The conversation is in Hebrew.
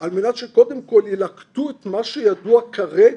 על מנת שקודם כל ילקטו את מה שידוע כרגע,